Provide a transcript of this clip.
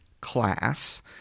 class